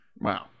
wow